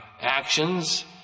actions